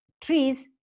trees